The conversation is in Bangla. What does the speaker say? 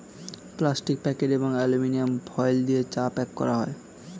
প্লাস্টিক প্যাকেট এবং অ্যালুমিনিয়াম ফয়েল দিয়ে চা প্যাক করা হয়